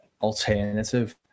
alternative